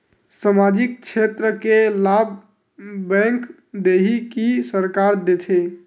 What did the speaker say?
सामाजिक क्षेत्र के लाभ बैंक देही कि सरकार देथे?